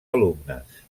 alumnes